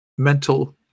mental